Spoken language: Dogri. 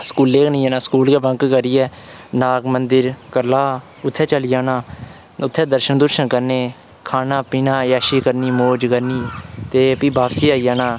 स्कूलै गी निं जाना स्कूलै गै बंक करियै नाग मंदिर करलाह् उत्थें चली जाना उत्थें दर्शन करने खाना पीना जैशी करनी मौज़ करनी ते प्ही बापसी आई जाना